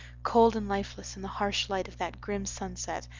cold and lifeless in the harsh light of that grim sunset,